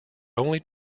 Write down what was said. only